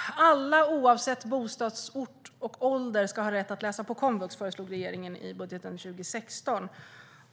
Herr talman! Alla, oavsett bostadsort och ålder, ska ha rätt att läsa på komvux, föreslog regeringen i budgeten för 2016.